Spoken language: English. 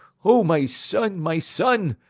o, my son, my son!